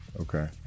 Okay